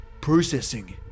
processing